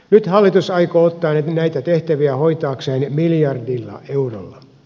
nyt hallitus aikoo ottaa näitä tehtäviä hoitaakseen miljardilla eurolla